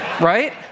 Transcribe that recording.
right